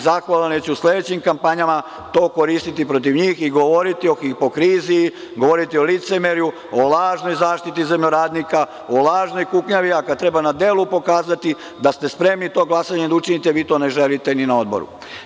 Zahvalan sam im jer ću u sledećim kampanjama to koristiti protiv njih i govoriti o hipokriziji, govoriti o licemerju, o lažnoj zaštiti zemljoradnika, o lažnoj kuknjavi, a kada treba na delu pokazati da ste spremni to glasanje da učinite, vi to ne želite ni na Odboru.